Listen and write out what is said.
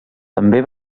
també